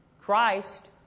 Christ